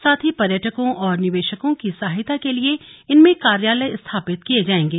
साथ ही पर्यटकों और निवेशकों की सहायता के लिए इनमें कार्यालय स्थापित किए जाएंगे